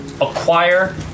acquire